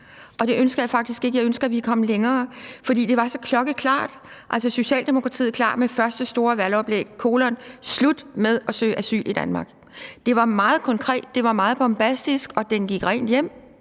Det ønsker jeg faktisk ikke. Jeg ønsker, at vi er kommet længere. For det var så klokkeklart. Altså, Socialdemokratiet var klar med første store valgoplæg: Slut med at søge asyl i Danmark. Det var meget konkret, det var meget bombastisk, og den gik rent hjem